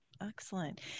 Excellent